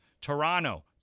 Toronto